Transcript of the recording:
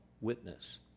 witness